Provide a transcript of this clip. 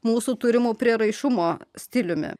mūsų turimu prieraišumo stiliumi